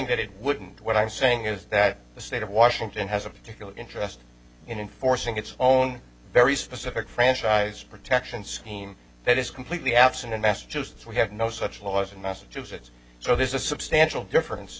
that it wouldn't what i'm saying is that the state of washington has a particular interest in enforcing its own very specific franchise protection scheme that is completely absent in massachusetts we have no such laws in massachusetts so there's a substantial difference